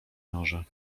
norze